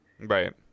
right